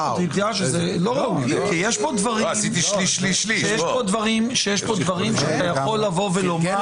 לא, זה לא ראוי, יש פה דברים שאתה יכול לומר.